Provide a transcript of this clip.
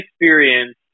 experience